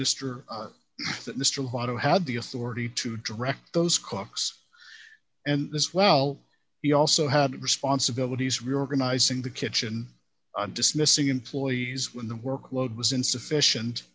lotto had the authority to direct those clocks and as well he also had responsibilities reorganizing the kitchen dismissing employees when the work load was insufficient